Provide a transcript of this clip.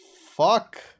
fuck